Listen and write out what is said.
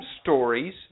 stories